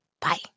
Bye